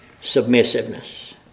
submissiveness